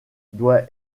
doit